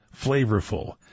flavorful